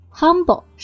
Humble